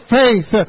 faith